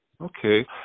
Okay